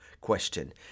question